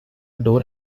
door